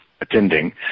attending